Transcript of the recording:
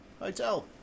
hotel